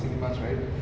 why though